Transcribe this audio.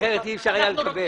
אחרת אי אפשר היה לקבל.